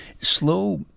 Slow